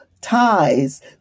ties